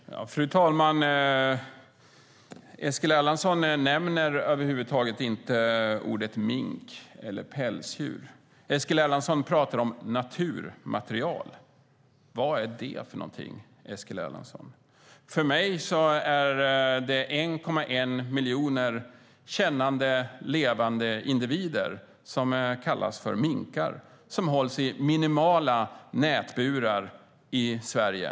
Fru talman! Eskil Erlandsson nämner över huvud taget inte ordet mink eller pälsdjur. Eskil Erlandsson pratar om naturmaterial. Vad är det? För mig är det 1,1 miljoner kännande, levande individer som kallas för minkar. De hålls i minimala nätburar i Sverige.